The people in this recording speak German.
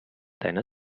deiner